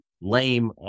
lame